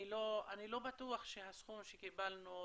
אני לא בטוח שהסכום שקיבלנו,